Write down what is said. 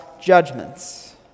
judgments